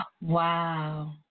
Wow